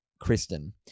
Kristen